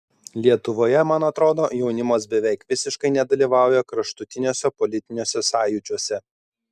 lietuvoje man atrodo jaunimas beveik visiškai nedalyvauja kraštutiniuose politiniuose sąjūdžiuose